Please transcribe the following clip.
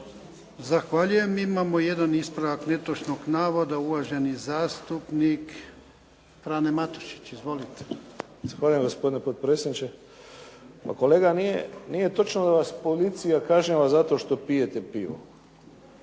Zahvaljujem. Imamo jedan ispravak netočnog navoda, uvaženi zastupnik Frano Matušić. Izvolite. **Matušić, Frano (HDZ)** Zahvaljujem gospodine potpredsjedniče. Pa kolega nije točno da vas policija kažnjava zato što pijete pivo.